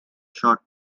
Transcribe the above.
short